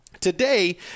Today